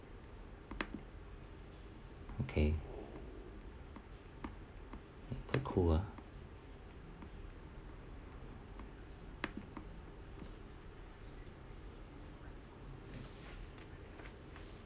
okay cool ah